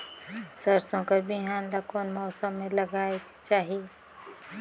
सरसो कर बिहान ला कोन मौसम मे लगायेक चाही?